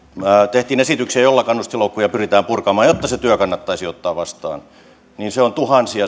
tehtiin esityksiä joilla kannustinloukkuja pyritään purkamaan jotta se työ kannattaisi ottaa vastaan kokonaisvaikutus on tuhansia